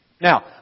Now